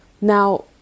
now